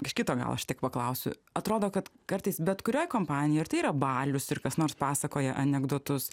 iš kito galo aš tik paklausiu atrodo kad kartais bet kurioj kompanijoj ar tai yra balius ir kas nors pasakoja anekdotus